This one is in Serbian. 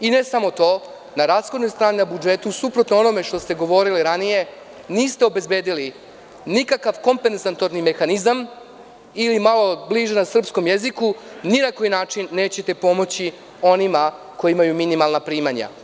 I ne samo to, na rashodnoj strani budžeta, suprotno onome što ste govorili ranije, niste obezbedili nikakav kompezatorni mehanizam ili, malo bliže na srpskom jeziku, ni na koji način nećete pomoći onima koji imaju minimalna primanja.